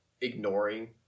ignoring